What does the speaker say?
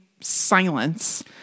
silence